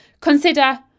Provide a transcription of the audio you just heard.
Consider